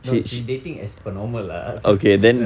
no she's dating as per normal lah